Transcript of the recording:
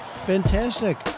Fantastic